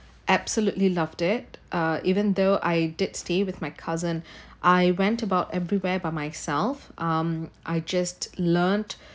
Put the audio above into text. absolutely loved it uh even though I did stay with my cousin I went about everywhere by myself um I just learnt